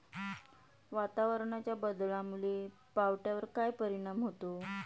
वातावरणाच्या बदलामुळे पावट्यावर काय परिणाम होतो?